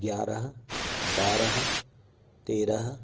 ग्यारह बारह तेरह